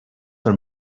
for